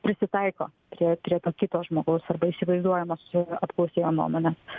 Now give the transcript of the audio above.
prisitaiko prie prie to kito žmogaus arba įsivaizduojamos apklausėjo nuomonės